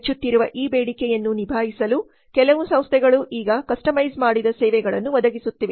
ಹೆಚ್ಚುತ್ತಿರುವ ಈ ಬೇಡಿಕೆಯನ್ನು ನಿಭಾಯಿಸಲು ಕೆಲವು ಸಂಸ್ಥೆಗಳು ಈಗ ಕಸ್ಟಮೈಸ್ ಮಾಡಿದ ಸೇವೆಗಳನ್ನು ಒದಗಿಸುತ್ತಿವೆ